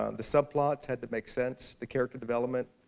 um the subplots had to make sense. the character development.